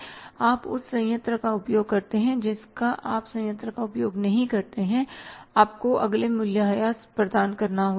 आप उस संयंत्र का उपयोग करते हैं जिसका आप संयंत्र का उपयोग नहीं करते हैं आपको आगे मूल्य ह्रास प्रदान करना होगा